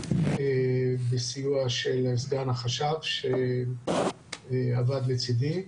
בסיוע של סגן החשב שעבד לצידי.